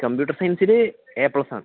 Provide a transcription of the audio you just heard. computer സയൻസില് A പ്ലസ്സാ